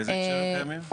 באיזה הקשר הם קיימים?